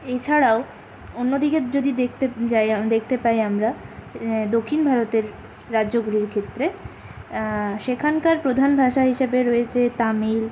এছাড়াও অন্য দিকের যদি দেখতে যাই আমা দেখতে পাই আমরা দক্ষিণ ভারতের রাজ্যগুলোর ক্ষেত্রে সেখানকার প্রধান ভাষা হিসেবে রয়েছে তামিল